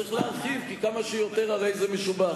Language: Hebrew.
שצריך להרחיב, כי כמה שיותר הרי זה משובח.